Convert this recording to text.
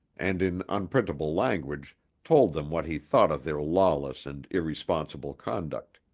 and in unprintable language told them what he thought of their lawless and irresponsible conduct.